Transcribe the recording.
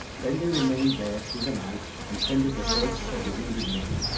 then they remained there through the night and tended the hurts of the wounded men,